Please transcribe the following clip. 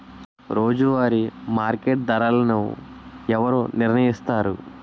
రోజువారి మార్కెట్ ధరలను ఎవరు నిర్ణయిస్తారు?